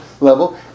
level